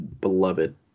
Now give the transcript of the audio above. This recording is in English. beloved